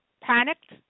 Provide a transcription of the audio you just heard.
panicked